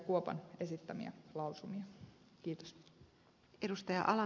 kuopan esittämiä lausumia